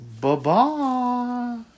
Bye-bye